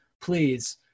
please